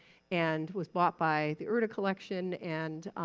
and was bought by the oeder collection and